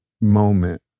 moment